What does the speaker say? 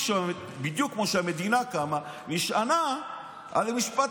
בדיוק כמו שכשהמדינה קמה היא נשענה על המשפט